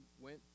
went